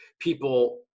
people